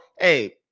hey